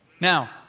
Now